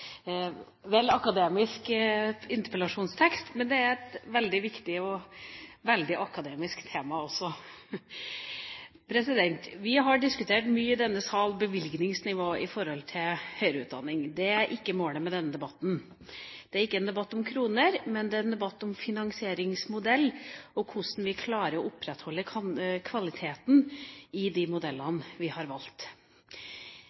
vel akademisk interpellasjonstekst, men det er et veldig viktig og veldig akademisk tema også. Vi har diskutert mye i denne sal bevilgningsnivå når det gjelder høyere utdanning. Det er ikke målet med denne debatten. Dette er ikke en debatt om kroner, men en debatt om finansieringsmodell og hvordan vi klarer å opprettholde kvaliteten i de